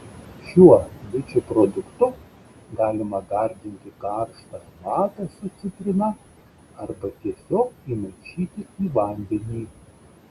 šiuo bičių produktu galima gardinti karštą arbatą su citrina arba tiesiog įmaišyti į vandenį